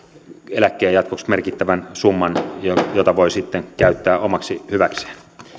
eläkkeen jatkoksi merkittävän summan jota jota voi sitten käyttää omaksi hyväkseen